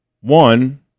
One